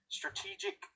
strategic